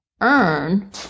earn